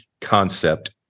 Concept